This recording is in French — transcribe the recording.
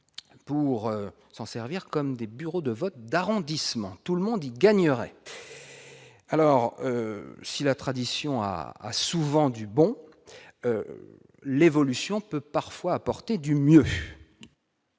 pour s'en servir comme des bureaux de vote d'arrondissement, tout le monde y gagnerait alors si la tradition a a souvent du bon l'évolution peut parfois apporter du mieux.